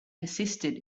persisted